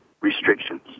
restrictions